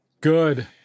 Good